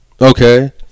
Okay